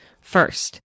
First